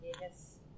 Yes